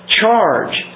charge